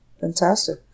Fantastic